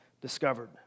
discovered